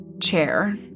chair